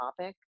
topic